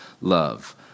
love